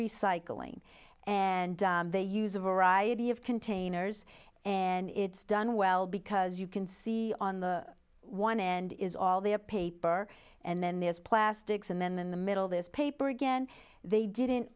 recycling and they use a variety of containers and it's done well because you can see on the one end is all the paper and then there's plastics and then in the middle this paper again they didn't